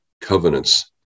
covenants